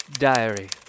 Diary